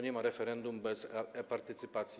Nie ma referendum bez e-partycypacji.